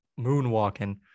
moonwalking